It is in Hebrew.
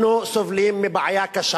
אנחנו סובלים מבעיה קשה